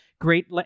great